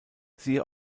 siehe